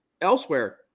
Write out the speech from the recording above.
elsewhere